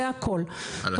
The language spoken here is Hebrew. תודה.